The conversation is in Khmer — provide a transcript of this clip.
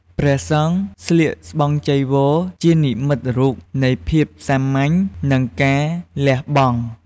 ព្រះសង្ឃស្លៀកស្បង់ចីវរជានិមិត្តរូបនៃភាពសាមញ្ញនិងការលះបង់។